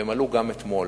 והם עלו גם אתמול